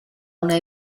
una